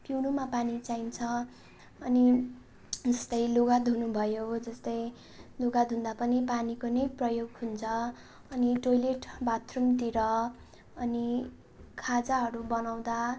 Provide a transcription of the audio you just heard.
पिउनुमा पानी चाहिन्छ अनि जस्तै लुगा धुनु भयो जस्तै लुगा धुँदा पनि पानीको नै प्रयोग हुन्छ अनि टोयलेट बाथरुमतिर अनि खाजाहरू बनाउँदा